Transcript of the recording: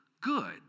good